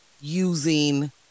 Using